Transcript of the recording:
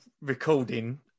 recording